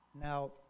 Now